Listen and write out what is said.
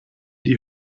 die